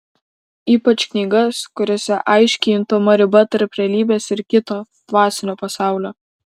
ypač knygas kuriose aiškiai juntama riba tarp realybės ir kito dvasinio pasaulio